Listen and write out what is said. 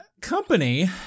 company